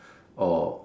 of